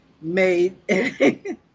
made